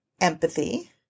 empathy